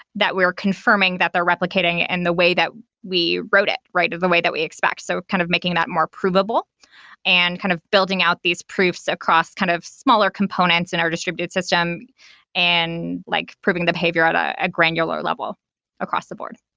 that we are confirming that they're replicating in and the way that we wrote it, of the way that we expect. so kind of making that more provable and kind of building out these proofs across kind of smaller components in our distributed system and like proving the behavior at a granular level across the board.